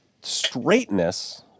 straightness